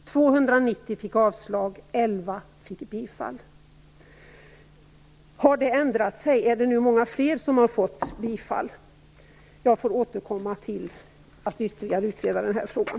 290 avslogs och 11 bifölls. Har det ändrat sig? Är det numera fler som har fått bifall? Jag får återkomma senare och ytterligare utreda den frågan.